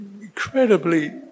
incredibly